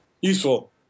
useful